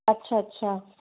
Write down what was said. अच्छा अच्छा